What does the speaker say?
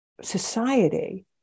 society